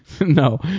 No